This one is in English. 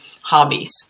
hobbies